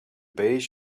beige